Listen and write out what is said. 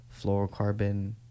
fluorocarbon